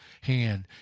hand